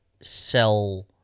sell